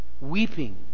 weeping